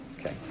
Okay